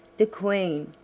the queen,